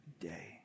day